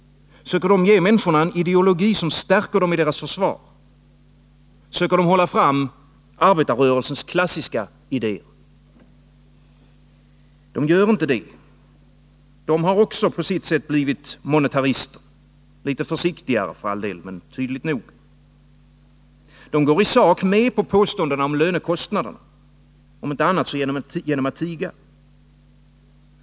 Söker de ge människorna en ideologi som stärker dem i deras försvar? Söker de hålla fram arbetarrörelsens klassiska idéer? De gör inte det. De har också på sitt sätt blivit monetarister — litet försiktigare för all del, men tydligt nog. De går i sak med på påståendena om lönekostnaderna, om inte annat så genom att tiga.